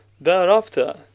Thereafter